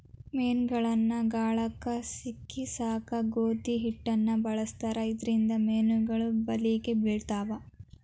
ಮೇನಗಳನ್ನ ಗಾಳಕ್ಕ ಸಿಕ್ಕಸಾಕ ಗೋಧಿ ಹಿಟ್ಟನ ಬಳಸ್ತಾರ ಇದರಿಂದ ಮೇನುಗಳು ಬಲಿಗೆ ಬಿಳ್ತಾವ